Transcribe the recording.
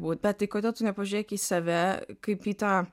būt bet tai kodėl tu nepažiūrėk į save kaip į tą